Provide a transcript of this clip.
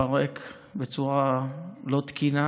התפרק בצורה לא תקינה,